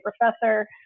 professor